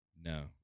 No